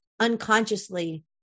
unconsciously